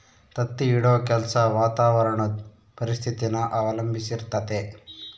ತತ್ತಿ ಇಡೋ ಕೆಲ್ಸ ವಾತಾವರಣುದ್ ಪರಿಸ್ಥಿತಿನ ಅವಲಂಬಿಸಿರ್ತತೆ